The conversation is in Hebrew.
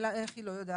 על איך היא לא יודעת.